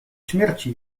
śmierci